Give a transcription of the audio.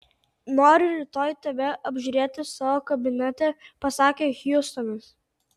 noriu rytoj tave apžiūrėti savo kabinete pasakė hjustonas